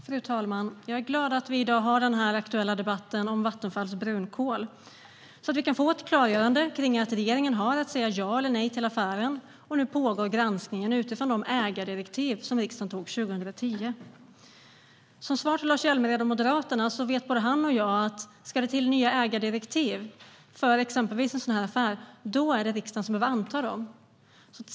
Fru talman! Jag är glad att vi i dag har den här aktuella debatten om Vattenfalls brunkol, så att vi kan få ett klargörande kring att regeringen har att säga ja eller nej till affären. Nu pågår granskningen utifrån de ägardirektiv som riksdagen beslutade om 2010. Som svar till Lars Hjälmered och Moderaterna: Både han och jag vet att om det ska till nya ägardirektiv för exempelvis en sådan här affär är det riksdagen som behöver anta dem.